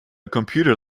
computer